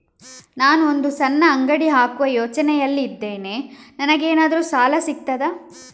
ನಾನು ಒಂದು ಸಣ್ಣ ಅಂಗಡಿ ಹಾಕುವ ಯೋಚನೆಯಲ್ಲಿ ಇದ್ದೇನೆ, ನನಗೇನಾದರೂ ಸಾಲ ಸಿಗ್ತದಾ?